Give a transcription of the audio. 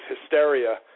hysteria